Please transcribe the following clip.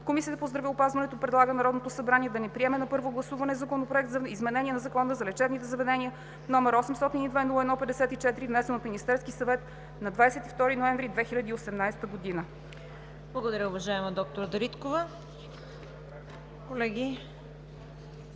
Комисията по здравеопазването предлага на Народното събрание да не приеме на първо гласуване Законопроект за изменение на Закона за лечебните заведения, № 802-01-54, внесен от Министерския съвет на 22 ноември 2018 г.“ ПРЕДСЕДАТЕЛ ЦВЕТА КАРАЯНЧЕВА: Благодаря, уважаема доктор Дариткова. Колеги,